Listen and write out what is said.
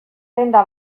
denda